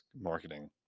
marketing